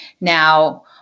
Now